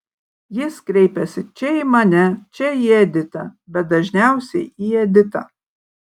jis kreipiasi čia į mane čia į editą bet dažniausiai į editą